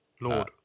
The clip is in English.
Lord